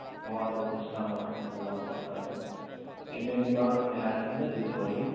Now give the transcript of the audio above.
وعلیکم السلام و رحمۃ اللہ و برکاتہ یہ میری بات عنایت اللہ جی سے ہو رہی ہے